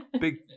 Big